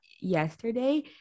yesterday